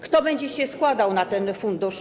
Kto będzie się składał na ten fundusz?